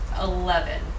Eleven